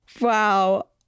Wow